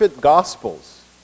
Gospels